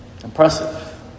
Impressive